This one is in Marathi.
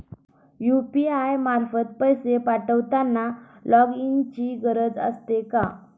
यु.पी.आय मार्फत पैसे पाठवताना लॉगइनची गरज असते का?